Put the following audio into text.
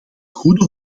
goede